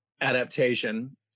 adaptation